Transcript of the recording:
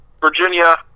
Virginia